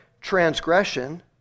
transgression